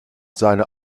seine